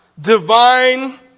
divine